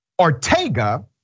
Ortega